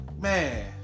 man